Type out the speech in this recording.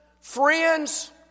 friends